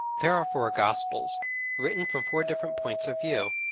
there are four gospels written from four different points of view,